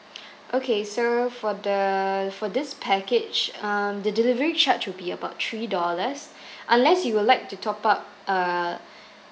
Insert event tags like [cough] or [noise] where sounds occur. okay so for the for this package um the delivery charge would be about three dollars unless you would like to top up uh [breath]